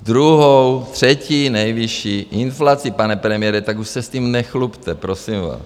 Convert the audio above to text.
Druhou, třetí nejvyšší inflaci, pane premiére, tak už se s tím nechlubte, prosím vás.